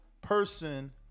person